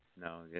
No